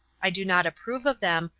i do not approve of them,